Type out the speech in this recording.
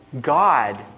God